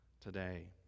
today